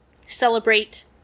celebrate